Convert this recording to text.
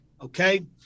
Okay